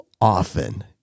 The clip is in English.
often